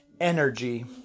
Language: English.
Energy